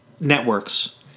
Networks